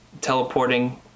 teleporting